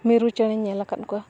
ᱢᱤᱨᱩ ᱪᱮᱬᱮᱧ ᱧᱮᱞ ᱟᱠᱟᱫ ᱠᱚᱣᱟ